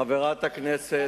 כבוד השר,